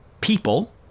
people